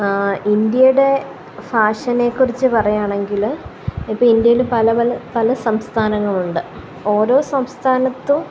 ഇന്ത്യയുടെ ഫാഷനെക്കുറിച്ച് പറയാണെങ്കില് ഇപ്പോള് ഇന്ത്യയില് പല പല പല സംസ്ഥാനങ്ങളുണ്ട് ഓരോ സംസ്ഥാനത്തും